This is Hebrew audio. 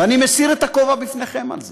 ואני מסיר את הכובע בפניכם על זה,